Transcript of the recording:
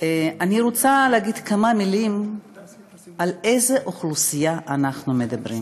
אני רוצה להגיד כמה מילים על איזו אוכלוסייה אנחנו מדברים.